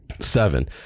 Seven